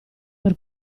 per